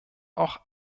auch